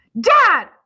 Dad